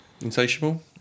Insatiable